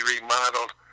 remodeled